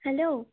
hello